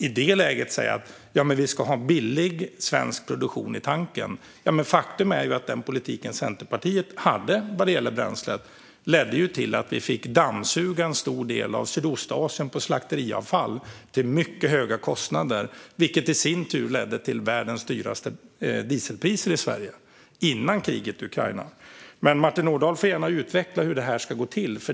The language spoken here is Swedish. I det läget säger man att det ska vara billig svensk produktion i tanken, men faktum är att den politik Centerpartiet hade vad gäller bränsle ledde till att vi fick dammsuga en stor del av Sydostasien på slakteriavfall till mycket höga kostnader, vilket i sin tur ledde till världens dyraste dieselpriser i Sverige - innan kriget i Ukraina. Martin Ådahl får gärna utveckla hur det här ska gå till.